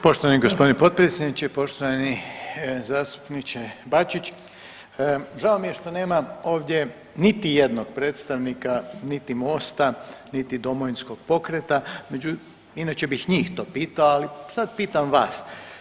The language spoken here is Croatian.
Poštovani gospodine potpredsjedniče, poštovani zastupniče Bačić, žao mi je što nema ovdje niti jednog predstavnika niti MOST-a, niti Domovinskog pokreta inače bih njih to pitao, ali sad pitam vas.